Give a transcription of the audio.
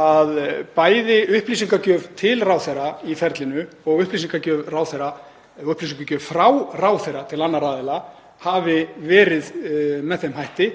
að bæði upplýsingagjöf til ráðherra í ferlinu og upplýsingagjöf frá ráðherra til annarra aðila hefði verið með þeim hætti